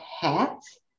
hats